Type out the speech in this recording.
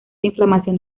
inflamación